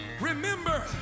remember